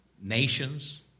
nations